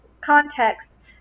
context